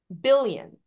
billion